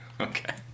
Okay